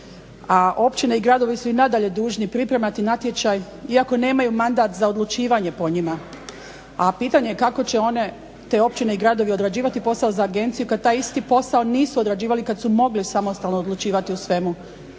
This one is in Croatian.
a općine i gradovi su i nadalje dužni pripremati natječaj iako nemaju mandat za odlučivanje po njima. A pitanje je kako će one te općine i gradovi odrađivati posao za agenciju kad taj isti posao nisu odrađivali kad su mogli samostalno odlučivati u svemu.